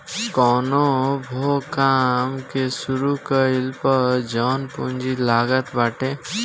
कवनो भो काम के शुरू कईला पअ जवन पूंजी लागत बाटे